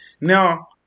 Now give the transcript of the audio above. Now